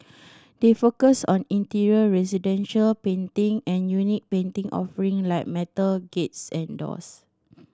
they focus on interior residential painting and unique painting offering like metal gates and doors